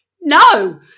No